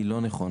היא לא נכונה.